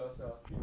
ya sia three